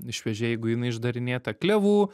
šviežiai jeigu jinai išdarinėta klevų